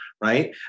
Right